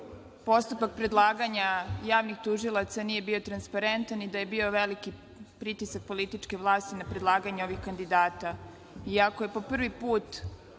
postupak predlaganja javnih tužilaca nije bio transparentan i da je bio veliki pritisak političke vlasti na predlaganje ovih kandidata. Iako je po prvi put